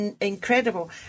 incredible